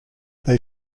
they